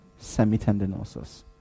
semitendinosus